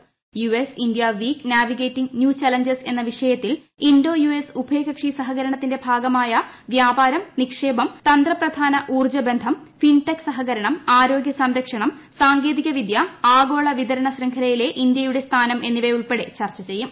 US India week navigating new challenges എന്ന വിഷയത്തിൽ Indo US ഉഭയകക്ഷി സഹകരണത്തിന്റെ ഭാഗമായ വ്യാപാരം നിക്ഷേപം തന്ത്രപ്രധാന ഊർജ്ജ ബന്ധം ഫിൻടെക് സഹകരണം ആരോഗ്യ സംരക്ഷണം സാങ്കേതികവിദ്യ ആഗോള വിതരണ ശൃംഖലയിൽ ഇന്ത്യയുടെ സ്ഥാനം എന്നിവയുൾപ്പടെ ചർച്ച ചെയ്യും